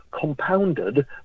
compounded